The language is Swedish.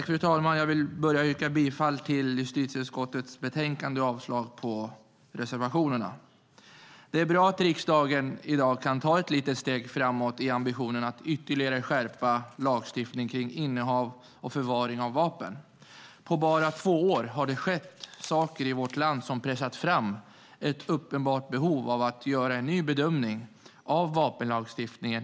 Fru talman! Jag börjar med att yrka bifall till förslaget i justitieutskottets betänkande och avslag på reservationerna. Det är bra att riksdagen i dag kan ta ett litet steg framåt i ambitionen att ytterligare skärpa lagstiftningen när det gäller innehav och förvaring av vapen. På bara två år har det skett saker i vårt land som pressat fram ett uppenbart behov av att göra en ny bedömning av vapenlagstiftningen.